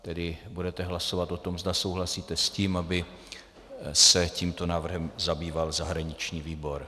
Tedy budete hlasovat o tom, zda souhlasíte s tím, aby se tímto návrhem zabýval zahraniční výbor.